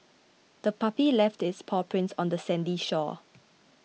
the puppy left its paw prints on the sandy shore